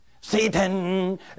Satan